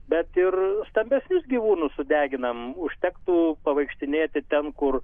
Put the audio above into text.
bet ir stambesnius gyvūnus sudeginamam užtektų pavaikštinėti ten kur